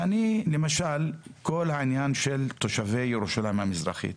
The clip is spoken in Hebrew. כל העניין של תושבי ירושלים המזרחית,